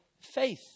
faith